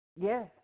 Yes